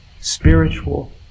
spiritual